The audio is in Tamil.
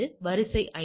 வரிசை 5